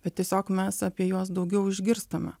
bet tiesiog mes apie juos daugiau išgirstame